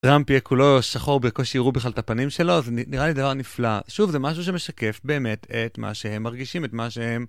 רמפיה כולו שחור בקושי הראו בכלל את הפנים שלו, זה נראה לי דבר נפלא. שוב, זה משהו שמשקף באמת את מה שהם מרגישים, את מה שהם...